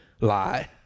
Lie